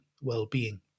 well-being